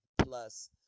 plus